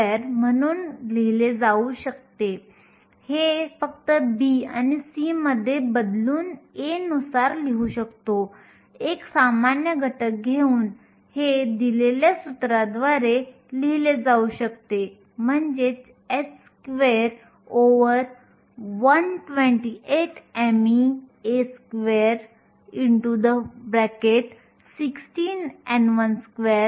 जर आपण पहिले की इलेक्ट्रॉन मध्ये m e द्वारे दिलेल्या वस्तुमानाने आणि v t h द्वारे दिलेल्या वेगाने पाहिले तर गतिज ऊर्जा म्हणजे अर्धा m v स्क्वेर आहे